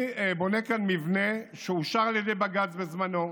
אני בונה כאן מבנה שאושר על ידי בג"ץ בזמנו,